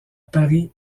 paris